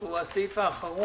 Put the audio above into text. שהוא הסעיף האחרון,